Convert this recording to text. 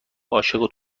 عاشق